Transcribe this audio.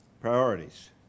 priorities